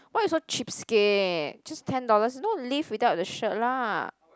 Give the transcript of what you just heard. why you so cheapskate just ten dollars you don't live without the shirt lah